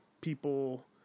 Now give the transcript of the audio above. people